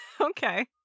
Okay